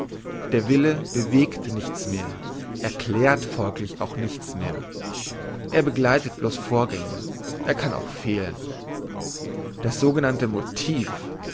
der wille bewegt nichts mehr erklärt folglich auch nichts mehr er begleitet bloss vorgänge er kann auch fehlen das sogenannte motiv